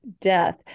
death